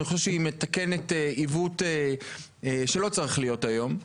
אני חושב שהיא מתקנת עיוות שלא צריך להיות היום,